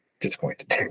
disappointed